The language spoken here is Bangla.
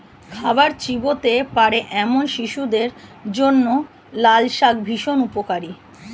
খাবার চিবোতে পারে এমন শিশুদের জন্য লালশাক ভীষণ উপকারী